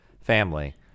family